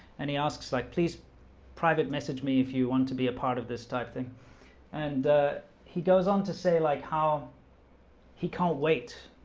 and he asks like, please private message me if you want to be a part of this type thing and he goes on to say like how he can't wait,